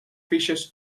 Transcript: fishes